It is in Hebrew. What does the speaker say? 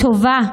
טובה,